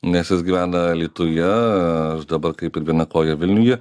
nes jis gyvena alytuje aš dabar kaip ir viena koja vilniuje